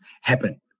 happen